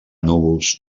núvols